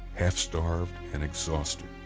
half-starved and exhausted.